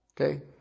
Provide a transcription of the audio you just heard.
Okay